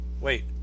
Wait